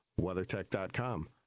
WeatherTech.com